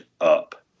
up